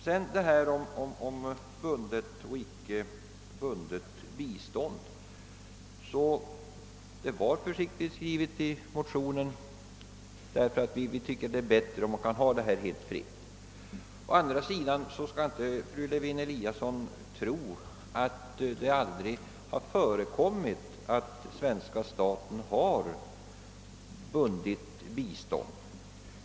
Vi har i våra motioner skrivit mycket försiktigt om bundet eller icke bundet bistånd. Vi tycker nämligen att det är bättre om biståndet är helt fritt. Å andra sidan skall inte fru Lewén-Eliasson tro att det aldrig har förekommit att svenska staten har bundit bistånd.